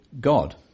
God